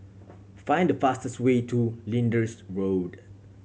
find the fastest way to Lyndhurst Road